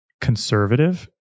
Conservative